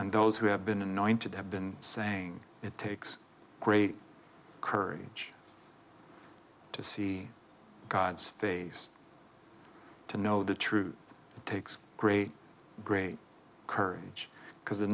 and those who have been anointed have been saying it takes great courage to see god's face to know the truth takes great great courage because